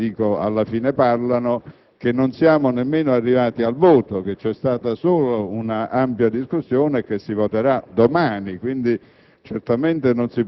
i fatti alla fine parlano, che non siamo nemmeno arrivati al voto. C'è stata solo un'ampia discussione e si voterà domani.